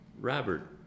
Robert